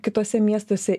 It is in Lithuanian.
kituose miestuose